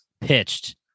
pitched